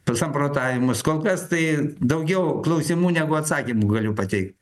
pasamprotavimus kol kas tai daugiau klausimų negu atsakymų galiu pateikt